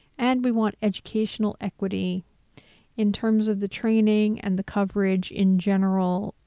and we want educational equity in terms of the training and the coverage in general,